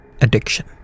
Addiction